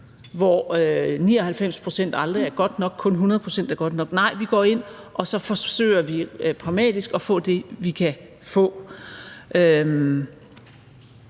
hvor 99 pct. aldrig er godt nok; kun 100 pct. er godt nok. Nej, vi går ind og forsøger pragmatisk at få det, vi kan få.